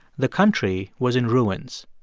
the country was in ruins.